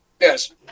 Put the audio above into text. Yes